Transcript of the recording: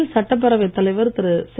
புதுவையில் சட்டப்பேரவைத் தலைவர் திரு